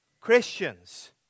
Christians